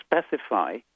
specify